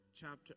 chapter